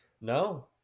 No